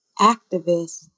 activists